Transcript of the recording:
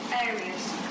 areas